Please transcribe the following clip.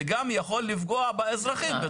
זה גם יכול לפגוע באזרחים.